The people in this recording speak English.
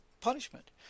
punishment